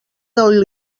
del